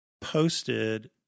posted